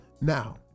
Now